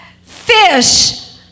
Fish